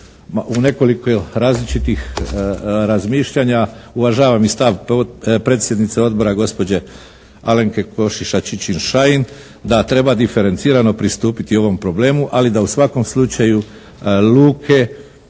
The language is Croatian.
u nekoliko različitih razmišljanja, uvažavam i stav predsjednice Odbora gospođe Alenke Košiša Čičin-Šain da treba diferencirano pristupiti ovom problemu ali da u svakom slučaju luke